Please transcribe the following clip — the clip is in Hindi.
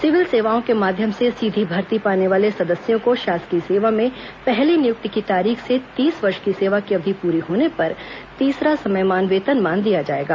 सिविल सेवाओं के माध्यम से सीधी भर्ती पाने वाले सदस्यों को शासकीय सेवा में पहली नियुक्ति की तारीख से तीस वर्ष की सेवा अवधि पूरी होने पर तीसरा समयमान वेतनमान दिया जाएगा